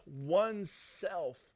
oneself